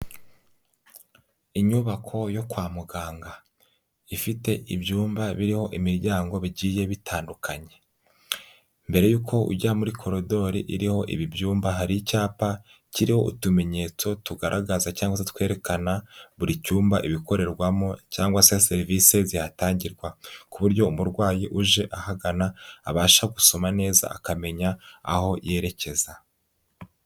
Inyubako yo kwa muganga. Ifite ibyumba biriho imiryango bigiye bitandukanye. Mbere y'uko ujya muri koridori iriho ibi byumba, hari icyapa kiriho utumenyetso tugaragaza cyangwa se twerekana buri cyumba ibikorerwamo cyangwa se serivise zihatangirwa ku buryo umurwayi uje ahagana, abasha gusoma neza akamenya aho yerekeza.